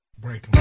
break